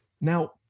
Now